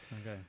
okay